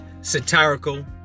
satirical